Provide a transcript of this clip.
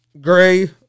Gray